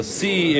see